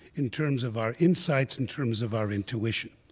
in terms of our insights, in terms of our intuition.